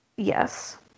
yes